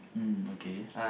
mm okay